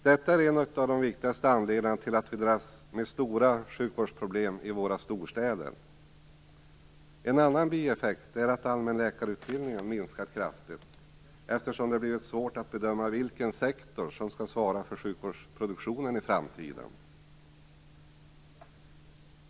Detta är en av de viktigaste anledningarna till att vi dras med stora sjukvårdsproblem i våra storstäder. En annan bieffekt är att allmänläkarutbildningen minskat kraftigt, eftersom det blivit svårt att bedöma vilken sektor som skall svara för sjukvårdsproduktionen i framtiden.